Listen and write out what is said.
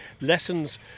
lessons